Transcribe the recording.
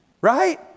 right